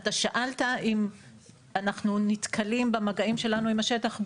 אתה שאלת אם אנחנו נתקלים במגעים שלנו עם השטח,